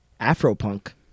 Afropunk